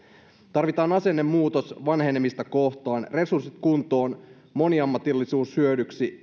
tarvitaan asennemuutos vanhenemista kohtaan resurssit kuntoon moniammatillisuus hyödyksi